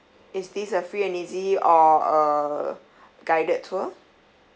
is this a free and easy or a guided tour